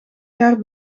jaar